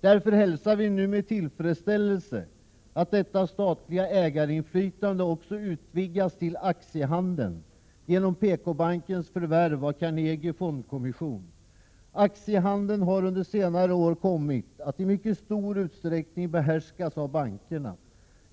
Därför hälsar vi nu med tillfredsställelse att detta statliga ägarinflytande också utvidgas till aktiehandeln genom PKbankens förvärv av Carnegie Fondkommission. Aktiehandeln har under senare år kommit att i mycket stor utsträckning behärskas av bankerna.